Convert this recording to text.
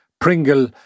Pringle